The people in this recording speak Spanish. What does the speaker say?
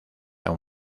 aún